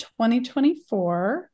2024